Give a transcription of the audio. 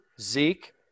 Zeke